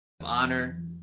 honor